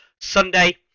Sunday